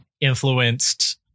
influenced